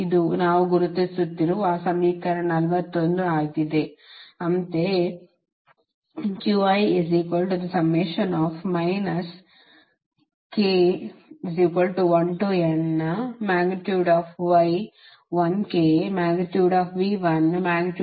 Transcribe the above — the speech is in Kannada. ಇದು ನಾವು ಗುರುತಿಸುತ್ತಿರುವ ಸಮೀಕರಣ 41 ಆಗಿದೆ